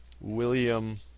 William